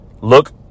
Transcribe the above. look